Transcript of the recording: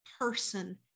person